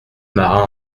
marin